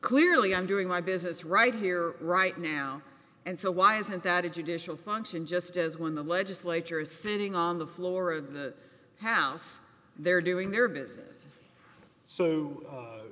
clearly i'm doing my business right here right now and so why isn't that a judicial function just as when the legislature is sitting on the floor of the house they're doing their business so